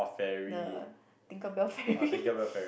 the tinkerbell fairy